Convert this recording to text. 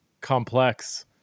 complex